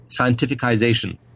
scientificization